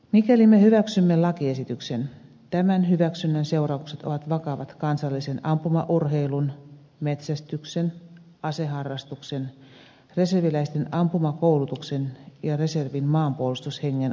mikäli me hyväksymme lakiesityksen tämän hyväksynnän seuraukset ovat vakavat kansallisen ampumaurheilun metsästyksen aseharrastuksen reserviläisten ampumakoulutuksen ja reservin maanpuolustushengen osalta